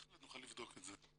בהחלט נוכל לבדוק את זה.